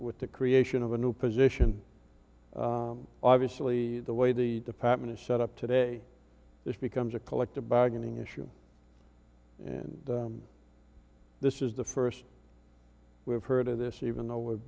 with the creation of a new position obviously the way the department is set up today this becomes a collective bargaining issue and this is the first we've heard of this even though we've